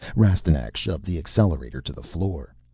rastignac shoved the accelerator to the floor.